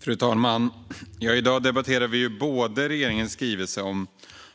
Fru talman! I dag debatterar vi både regeringens skrivelse om